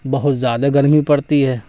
بہت زیادہ گرمی پڑتی ہے